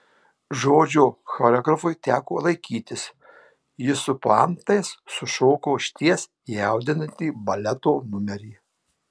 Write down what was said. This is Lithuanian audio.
žodžio choreografui teko laikytis jis su puantais sušoko išties jaudinantį baleto numerį